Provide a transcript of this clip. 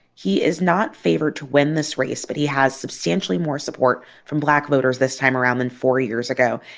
he is not favored to win this race, but he has substantially more support from black voters this time around than four years ago.